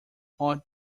aunt